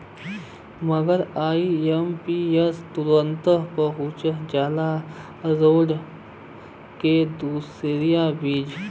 मगर आई.एम.पी.एस तुरन्ते पहुच जाला राट के दुइयो बजे